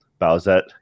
Bowsette